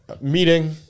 meeting